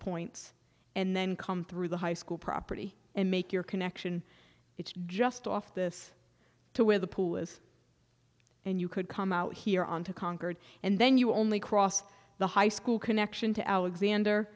points and then come through the high school property and make your connection it's just off this to where the pool is and you could come out here on to concord and then you only cross the high school connection to alexander